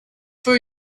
for